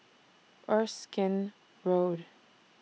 Erskine Road